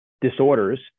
disorders